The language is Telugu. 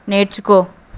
నేర్చుకో